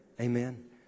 Amen